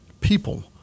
people